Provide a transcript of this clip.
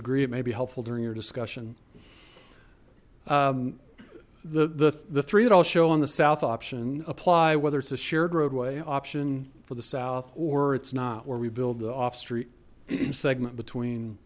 degree it may be helpful during your discussion the the the three it all show on the south option apply whether it's a shared roadway option for the south or it's not where we build the off street in segment between